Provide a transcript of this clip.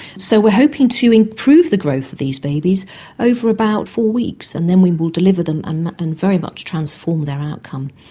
so we are hoping to improve the growth of these babies over about four weeks, weeks, and then we will deliver them um and very much transform their outcome,